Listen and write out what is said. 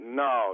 no